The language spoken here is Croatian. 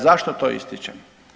Zašto to ističem?